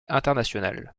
internationale